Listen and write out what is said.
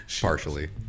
Partially